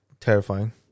terrifying